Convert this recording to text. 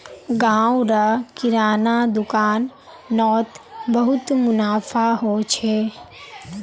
गांव र किराना दुकान नोत बहुत मुनाफा हो छे